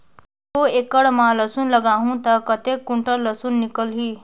दो एकड़ मां लसुन लगाहूं ता कतेक कुंटल लसुन निकल ही?